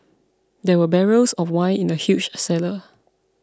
there were barrels of wine in the huge cellar